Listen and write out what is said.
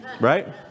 Right